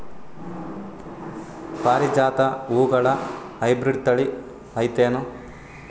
ಪಾರಿಜಾತ ಹೂವುಗಳ ಹೈಬ್ರಿಡ್ ಥಳಿ ಐತೇನು?